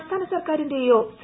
സംസ്ഥാന സർക്കാരിന്റെയോ സി